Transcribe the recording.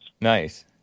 Nice